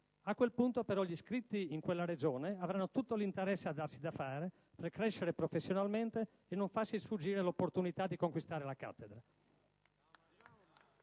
A quel punto, però, gli iscritti in quella Regione avranno tutto l'interesse a darsi da fare per crescere professionalmente e non farsi sfuggire l'opportunità di conquistare la cattedra.